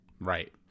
Right